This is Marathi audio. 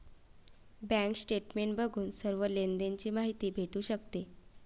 बँक स्टेटमेंट बघून सर्व लेनदेण ची माहिती भेटू शकते